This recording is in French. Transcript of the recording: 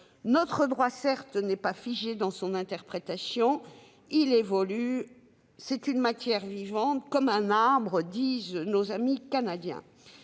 Notre droit n'est pas figé dans son interprétation, il évolue. C'est une matière vivante, comme un arbre, disent nos amis canadiens.